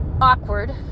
awkward